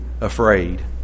afraid